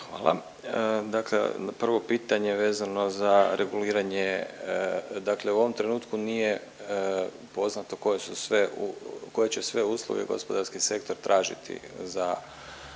Hvala. Dakle na prvo pitanje vezano za reguliranje, dakle u ovom trenutku nije poznato koje su sve, koje će sve usluge gospodarski sektor tražiti za